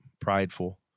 prideful